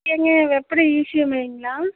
ஏங்க வெப்படை இ சேவை மையங்களா